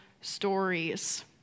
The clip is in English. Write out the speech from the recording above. stories